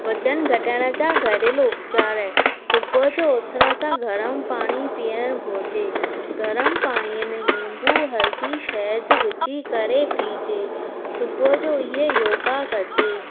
वज़नु घटाइण जा घरेलू उपचार सुबुह जो उथण सां गरम पाणी पीअणु घुरिजे गरम पाणीअ में निंबू हल्दी शहद विझी करे पीजे सुबुह जो इहे योगा कजे